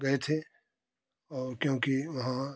गए थे क्योंकि वहाँ